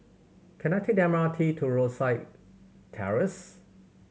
can I take the M R T to Rosyth Terrace